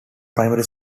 primary